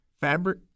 fabric